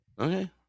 okay